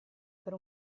per